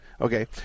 Okay